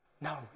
No